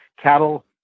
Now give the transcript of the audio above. cattle